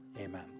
amen